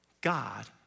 God